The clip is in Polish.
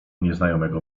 nieznajomego